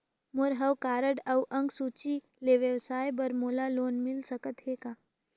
मोर हव कारड अउ अंक सूची ले व्यवसाय बर मोला लोन मिल सकत हे का?